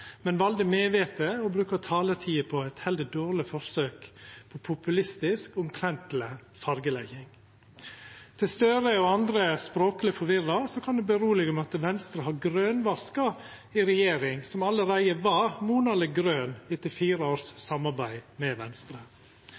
men valde medveten å bruka taletid på eit heller dårleg forsøk på populistisk, omtrentleg fargelegging. Eg kan roa Gahr Støre og andre som er språkleg forvirra, med at Venstre har grønvaska ei regjering som allereie var monaleg grøn etter fire års samarbeid med Venstre.